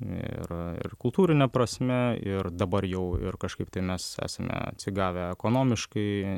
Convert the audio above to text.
ir ir kultūrine prasme ir dabar jau ir kažkaip tai mes esame atsigavę ekonomiškai